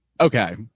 Okay